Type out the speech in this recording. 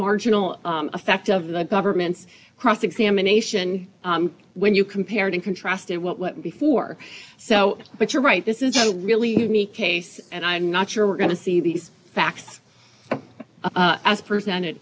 marginal effect of the government's cross examination when you compared and contrasted what went before so but you're right this is a really unique case and i'm not sure we're going to see these facts as presented